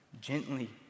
gently